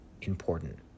important